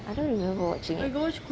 I don't remember watching eh